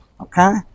Okay